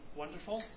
wonderful